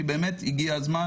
כי באמת הגיע הזמן,